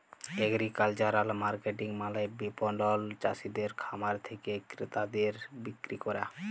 agricultural marketing মালে বিপণল চাসিদের খামার থেক্যে ক্রেতাদের বিক্রি ক্যরা